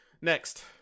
Next